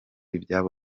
ibyabo